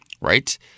Right